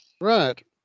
Right